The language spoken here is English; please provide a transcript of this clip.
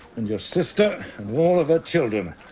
and your sister. and all of her children.